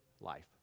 life